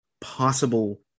possible